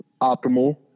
optimal